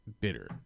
bitter